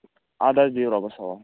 اَدٕ حظ بِہِو رۄبَس حوالہٕ